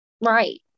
Right